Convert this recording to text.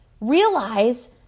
realize